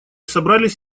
собрались